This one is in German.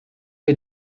wir